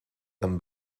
them